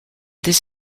this